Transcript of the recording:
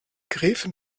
gräfin